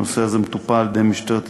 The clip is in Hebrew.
הנושא הזה מטופל במשטרת ישראל,